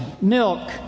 milk